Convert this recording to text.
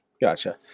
Gotcha